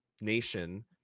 nation